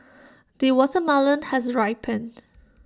the watermelon has ripened